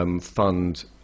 fund